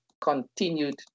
continued